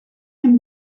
him